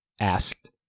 Asked